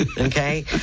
Okay